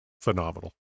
phenomenal